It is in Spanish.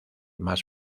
más